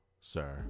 sir